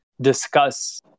discuss